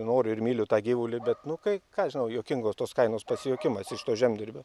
noriu ir myliu tą gyvulį bet nu kai ką aš žinau juokingos tos kainos pasijuokimas iš to žemdirbio